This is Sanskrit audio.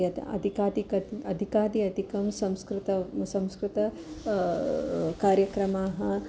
यत् अधिकाधिकं अधिकाधिकं संस्कृतं संस्कृते कार्यक्रमाः